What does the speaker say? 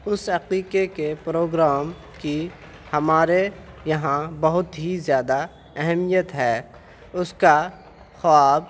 اس عقیقے کے پروگرام کی ہمارے یہاں بہت ہی زیادہ اہمیت ہے اس کا خواب